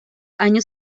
años